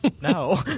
No